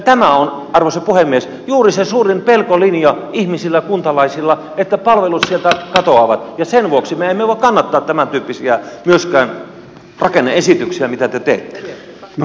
tämä on arvoisa puhemies juuri se suurin pelkolinja ihmisillä kuntalaisilla että palvelut sieltä katoavat ja sen vuoksi me emme voi kannattaa myöskään tämän tyyppisiä rakenne esityksiä mitä te teette